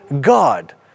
God